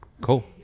Cool